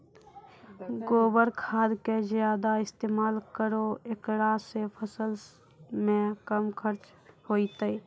गोबर खाद के ज्यादा इस्तेमाल करौ ऐकरा से फसल मे कम खर्च होईतै?